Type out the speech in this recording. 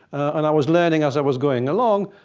and i was learning as i was going along.